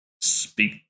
speak